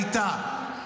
הייתה.